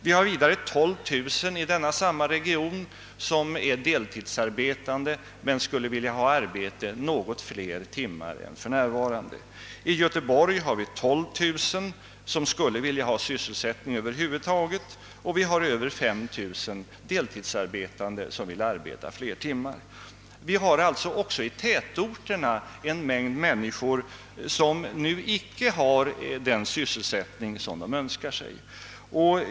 Vi har vidare 12 000 i samma region som är deltidsarbetande men som skulle vilja ha arbete under något fler timmar än för närvarande. I Göteborg har vi 12000 personer som skulle vilja ha sysselsättning över huvud taget och över 5 000 deltidsarbetande som önskar arbeta fler timmar. Även i tätorterna har vi alltså en mängd människor som nu icke har den sysselsättning som de önskar sig.